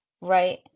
right